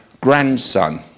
grandson